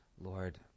Lord